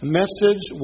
message